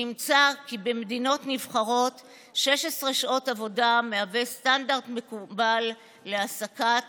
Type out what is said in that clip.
נמצא כי במדינות נבחרות 16 שעות עבודה הן סטנדרט מקובל להעסקת